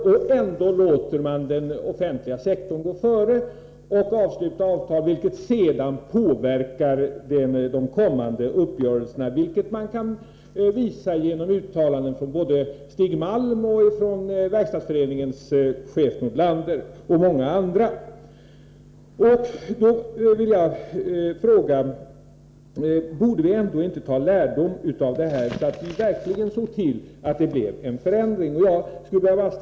Och ändå låter man den offentliga sektorn gå före och sluta avtal, vilket sedan påverkar de kommande avtalsrörelserna. Detta kan visas genom uttalanden från både Stig Malm och Verkstadsföreningens chef Åke Nordlander, och även många andra. Jag vill fråga: Borde vi ändå inte ta lärdom av detta och se till att det verkligen blir en förändring?